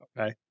Okay